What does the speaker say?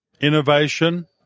innovation